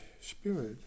spirit